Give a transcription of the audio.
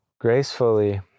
gracefully